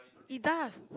it does